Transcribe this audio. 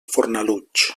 fornalutx